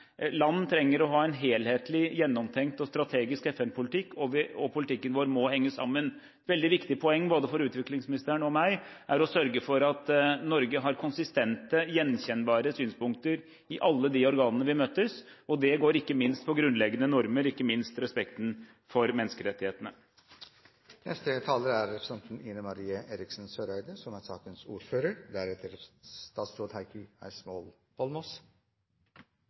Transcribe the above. Land trenger å ha en helhetlig, gjennomtenkt og strategisk FN-politikk, og politikken vår må henge sammen. Et veldig viktig poeng for både utviklingsministeren og meg er å sørge for at Norge har konsistente, gjenkjennbare synspunkter i alle de organer vi møtes, og det går ikke minst på grunnleggende normer og respekten for menneskerettighetene. Jeg vil få takke for det jeg syns har vært en usedvanlig god og konstruktiv debatt om et viktig tema. Det er